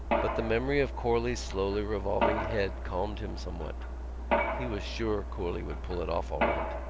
but the memory of corley's slowly revolving head calmed him somewhat he was sure corley would pull it off all right.